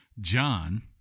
John